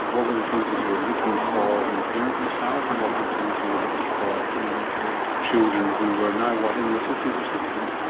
what were things that you were looking for in the parenting styles and what were the things you were looking for in the children who are now, what, in their fifty s or sixty s?